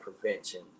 prevention